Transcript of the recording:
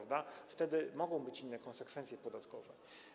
Wówczas mogą być inne konsekwencje podatkowe.